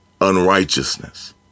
unrighteousness